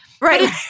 right